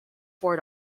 four